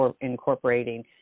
incorporating